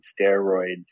steroids